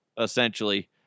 essentially